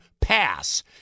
pass